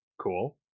Cool